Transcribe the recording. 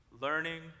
learning